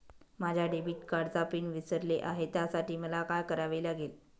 माझ्या डेबिट कार्डचा पिन विसरले आहे त्यासाठी मला काय करावे लागेल?